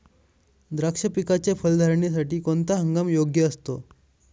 द्राक्ष पिकाच्या फलधारणेसाठी कोणता हंगाम योग्य असतो?